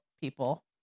people